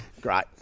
great